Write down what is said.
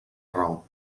raó